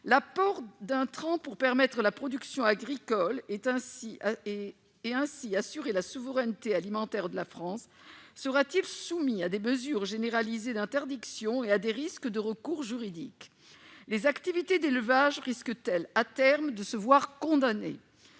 L'apport d'intrants pour permettre la production agricole, et ainsi assurer la souveraineté alimentaire de la France, sera-t-il soumis à des mesures généralisées d'interdiction et à des risques de recours juridiques ? Les activités d'élevage risquent-elles, à terme, de se voir condamner ?